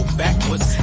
backwards